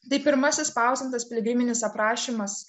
tai pirmasis spausdintas piligriminis aprašymas